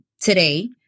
today